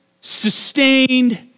sustained